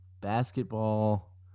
Basketball